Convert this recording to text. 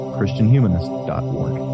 ChristianHumanist.org